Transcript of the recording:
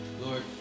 Lord